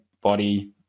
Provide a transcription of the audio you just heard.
body